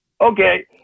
Okay